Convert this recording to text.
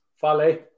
Fale